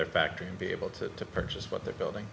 their factory and be able to purchase what they're building